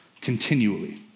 continually